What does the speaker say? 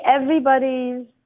everybody's